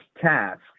task